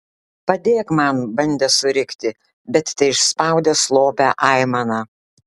padėk man bandė surikti bet teišspaudė slopią aimaną